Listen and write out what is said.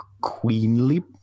queenly